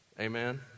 Amen